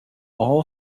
all